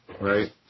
Right